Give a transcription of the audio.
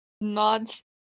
nods